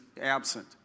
absent